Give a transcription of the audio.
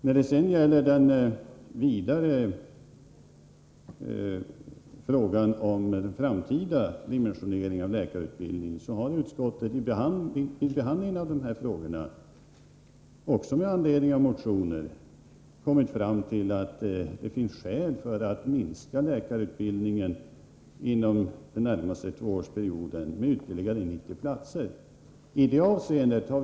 När det gäller den framtida dimensioneringen av läkarutbildning har utskottet vid behandlingen av dessa frågor, också med anledning av motioner, kommit fram till att det finns skäl att minska läkarutbildningen med ytterligare 90 platser inom den närmaste tvåårsperioden.